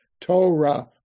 Torah